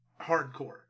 hardcore